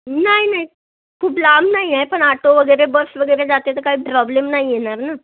नाही नाही खूप लांब नाही आहे पण आटो वगैरे बस वगैरे जाते तर काही प्रॉब्लेम नाही येणार ना